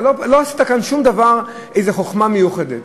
לא עשית כאן שום דבר, איזו חוכמה מיוחדת.